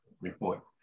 report